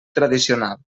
tradicional